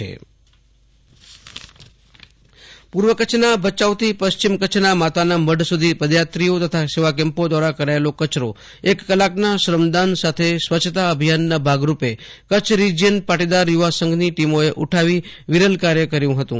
આશતોષ અંતાણી કુચ્છ સ્વચ્છતા અભિયાન પૂર્વ કચ્છના ભચાઉથી પશ્ચિમ કચ્છના માતાનામઢ સુધી પદયાત્રીઓ તથા સેવા કેમ્પો દ્વારા કરાયેલો કચરો એક કલાકના શ્રમદાન સાથે સ્વચ્છતા અભિયાનના ભાગરૂપે કચ્છ રિજિયન પાટીદાર યુવા સંઘની ટીમોએ ઉઠાવી વિરલ કાર્ય કર્યું હતું